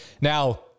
Now